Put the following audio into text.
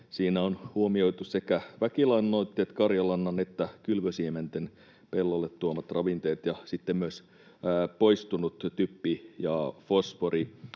Siinä on huomioitu sekä väkilannoitteet että karjanlannan ja kylvösiementen pellolle tuomat ravinteet ja sitten myös poistunut typpi ja fosfori.